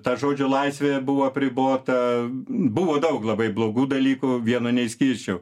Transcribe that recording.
ta žodžio laisvė buvo apribota buvo daug labai blogų dalykų vieno neišskirsčiau